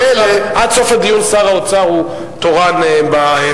מעכשיו עד סוף הדיון שר האוצר הוא תורן במליאה,